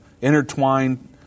intertwined